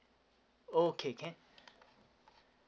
okay can